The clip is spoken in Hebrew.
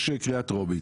יש קריאה טרומית,